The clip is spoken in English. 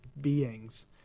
beings